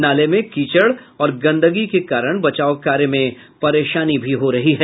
नाले में कीचड़ और गंदगी के कारण बचाव कार्य में परेशानी भी हो रही है